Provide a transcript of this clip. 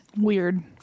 Weird